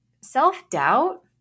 self-doubt